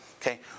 Okay